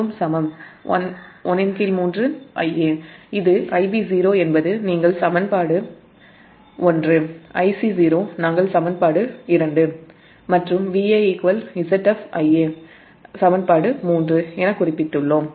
இது Ib0 என்பது சமன்பாடு 1 Ic0 என்பது சமன்பாடு 2 மற்றும் Va Zf Ia சமன்பாடு 3 எனக் குறிப்பிட்டுள்ளோம்